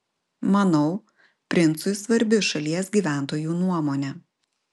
manau princui svarbi šalies gyventojų nuomonė